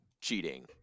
cheating